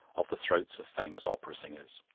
of the throats of famous opera singers.